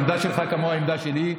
העמדה שלך כמו העמדה שלי.